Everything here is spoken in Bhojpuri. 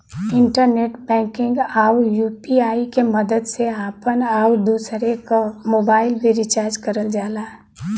इंटरनेट बैंकिंग आउर यू.पी.आई के मदद से आपन आउर दूसरे क मोबाइल भी रिचार्ज करल जाला